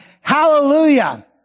Hallelujah